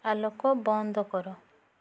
ଆଲୋକ ବନ୍ଦ କର